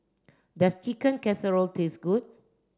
does Chicken Casserole taste good